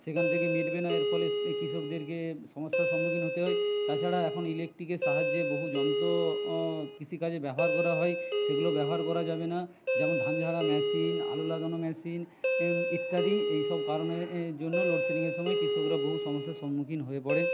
সেখান থেকে মিটবে না এর ফলে কৃষকদেরকে সমস্যার সম্মুখীন হতে হয় তাছাড়া এখন ইলেকট্রিকের সাহায্যে বহু যন্ত্র কৃষিকাজে ব্যবহার করা হয় সেগুলো ব্যবহার করা যাবে না যেমন ধান ঝাড়া মেশিন আলু লাগানো মেশিন ইত্যাদি এই সব কারণের এ জন্য লোডশেডিংয়ের সময় কৃষকরা বহু সমস্যার সম্মুখীন হয়ে পড়ে